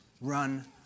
run